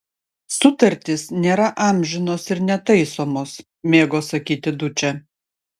sutartys nėra amžinos ir netaisomos mėgo sakyti dučė